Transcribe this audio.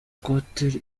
ikote